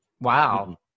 Wow